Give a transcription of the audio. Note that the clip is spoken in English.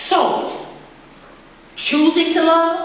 so choosing to lo